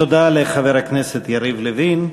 תודה לחבר הכנסת יריב לוין.